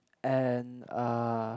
and uh